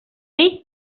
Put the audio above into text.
dir